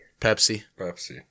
Pepsi